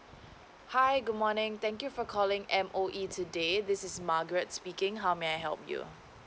hi good morning thank you for calling M_O_E today this is margaret speaking how may I help you